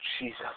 Jesus